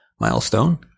milestone